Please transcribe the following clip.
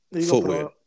footwear